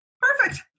Perfect